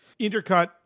Intercut